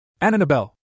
Annabelle